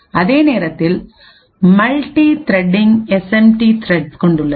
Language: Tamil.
அதே நேரத்தில் மல்டித்ரெடிங் எஸ்எம்டி த்ரெட்களைக் கொண்டுள்ளது